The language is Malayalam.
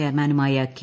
ചെയർമാനുമായ കെ